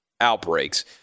outbreaks